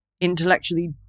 intellectually